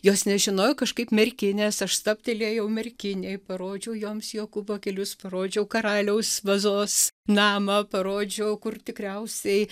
jos nežinojo kažkaip merkinės aš stabtelėjau merkinėj parodžiau joms jokūbo kelius parodžiau karaliaus vazos namą parodžiau kur tikriausiai